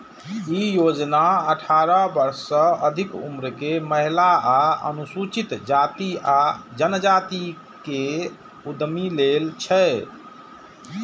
ई योजना अठारह वर्ष सं अधिक उम्र के महिला आ अनुसूचित जाति आ जनजाति के उद्यमी लेल छै